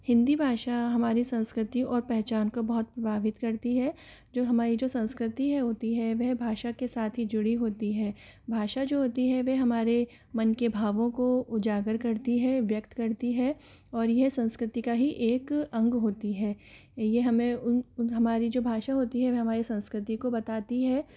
हिंदी भाषा हमारी संस्कृति और पहचान को बहुत प्राभावित करती है जो हमारी जो संस्कृति है होती है वह भाषा के साथ ही जुड़ी होती है भाषा जो होती है वह हमारे मन के भावों को उजागर करती है व्यक्त करती है और यह संस्कृति का ही एक अंग होती है यह हमें हमारी जो भाषा होती है वह हमारी संस्कृति को बताती है